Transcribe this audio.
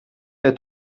der